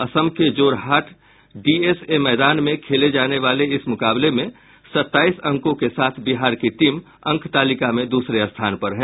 असम के जोरहाट डीएसए मैदान में खेले जाने वाले इस मुकाबले में सत्ताईस अंकों के साथ बिहार की टीम अंकतालिका में दूसरे स्थान पर है